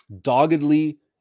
doggedly